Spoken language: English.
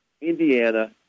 Indiana